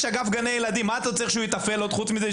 יש אגף גני ילדים.